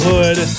Hood